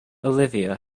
olivia